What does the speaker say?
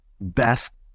best